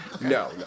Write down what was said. No